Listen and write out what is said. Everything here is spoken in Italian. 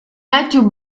matthew